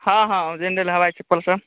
हाँ हाँ ओजेंदल हवाई चप्पल सर